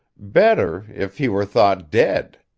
better if he were thought dead.